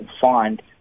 find